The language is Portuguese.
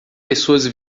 pessoas